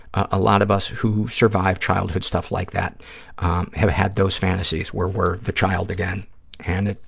a lot of us who survived childhood stuff like that have had those fantasies, where we're the child again and it,